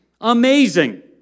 Amazing